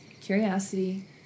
Curiosity